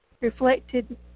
reflected